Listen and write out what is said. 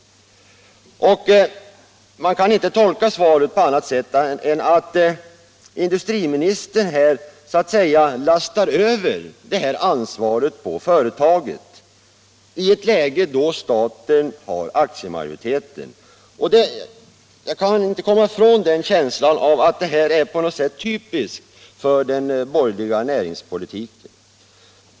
Man kan inte tolka svaret på annat sätt än att industriministern här lastar över ansvaret på företaget, i ett läge då staten har aktiemajoriteten. Jag kan inte komma ifrån känslan att detta är på något sätt typiskt för den borgerliga näringspolitiken.